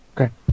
Okay